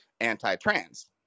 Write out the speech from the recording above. anti-trans